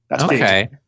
Okay